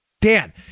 Dan